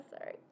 sorry